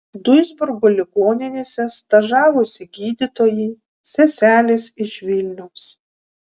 duisburgo ligoninėse stažavosi gydytojai seselės iš vilniaus